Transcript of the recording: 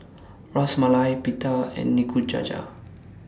Ras Malai Pita and Nikujaga